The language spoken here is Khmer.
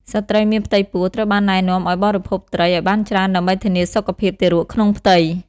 ស្ត្រីមានផ្ទៃពោះ ត្រូវបានណែនាំឱ្យបរិភោគត្រីឱ្យបានច្រើនដើម្បីធានាសុខភាពទារកក្នុងផ្ទៃ។